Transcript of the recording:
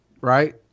right